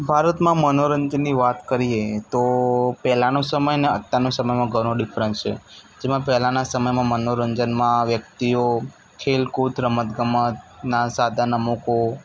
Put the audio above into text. ભારતમાં મનોરંજનની વાત કરીએ તો પહેલાંનો સમય ને અત્યારનો સમયમાં ઘણો ડિફરન્સ છે જેમાં પહેલાંના સમયમાં મનોરંજનમાં વ્યક્તિઓ ખેલકૂદ રમતગમતનાં સાધન અમૂકો